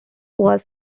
was